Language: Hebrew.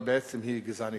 אבל בעצם היא גזענית.